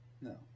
No